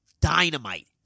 dynamite